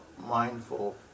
mindful